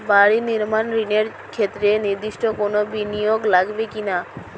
বাড়ি নির্মাণ ঋণের ক্ষেত্রে নির্দিষ্ট কোনো বিনিয়োগ লাগবে কি না?